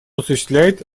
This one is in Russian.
осуществляет